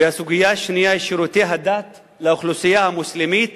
והסוגיה השנייה היא שירותי הדת לאוכלוסייה המוסלמית